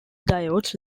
diodes